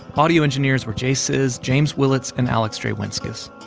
audio engineers were jay sizz, james willetts and alex drewinzkis.